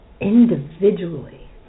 individually